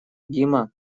дима